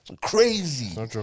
crazy